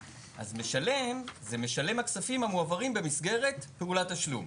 אז משלם הוא משלם הכספים המועברים במסגרת פעולת תשלום.